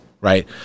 right